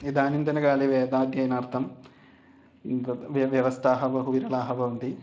इदानीन्तनकाले वेदाध्ययनार्थं व् व्यवस्थाः बहु विरलाः भवन्ति